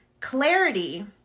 clarity